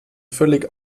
völlig